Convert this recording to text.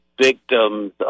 victims